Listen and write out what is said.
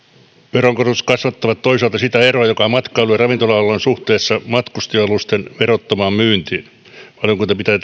veronkorotukset kasvattavat toisaalta sitä eroa joka on matkailun ja ravintola alan suhteessa matkustaja alusten verottomaan myyntiin valiokunta pitää